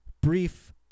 brief